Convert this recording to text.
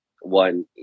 one